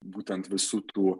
būtent visų tų